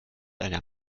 einer